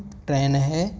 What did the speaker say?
train है